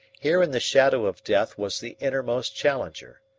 here in the shadow of death was the innermost challenger,